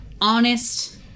honest